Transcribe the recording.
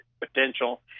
potential